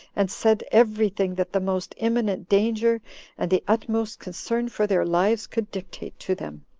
and said every thing that the most imminent danger and the utmost concern for their lives could dictate to them.